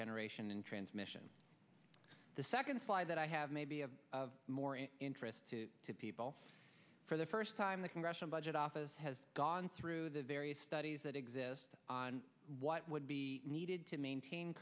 generation and transmission the second five that i have may be of more interest to people for the first time the congressional budget office has gone through the various studies that exist on what would be needed to maintain